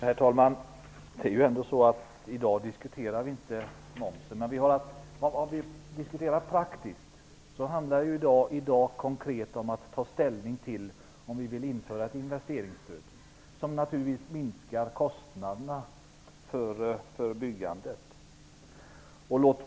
Herr talman! Vi diskuterar inte momsen i dag, men om vi diskuterar praktiskt handlar det i dag om att konkret ta ställning till om vi vill införa ett investeringsstöd. Det minskar naturligtvis kostnaderna för byggandet.